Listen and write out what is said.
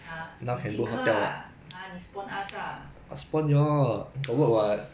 !huh! 你请客 lah !huh! 你 spon us lah